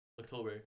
October